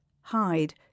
hide